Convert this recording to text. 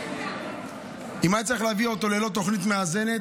הצו, אם היה צריך להביא אותו ללא תוכנית מאזנת,